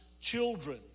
children